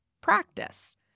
practice